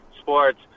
sports